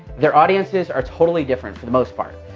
their audiences are totally different for the most part.